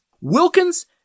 Wilkins